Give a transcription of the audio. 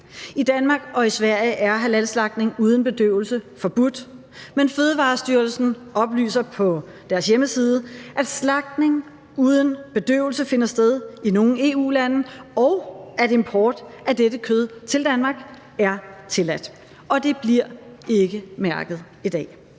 I Danmark og i Sverige er halalslagtning uden bedøvelse forbudt, men Fødevarestyrelsen oplyser på sin hjemmeside, at slagtning uden bedøvelse finder sted i nogle EU-lande, og at import af dette kød til Danmark er tilladt – og det bliver ikke mærket i dag.